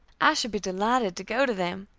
i should be delighted to go to them.